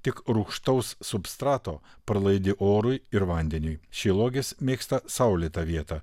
tik rūgštaus substrato pralaidi orui ir vandeniui šilauogės mėgsta saulėtą vietą